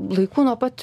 laikų nuo pat